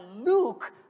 Luke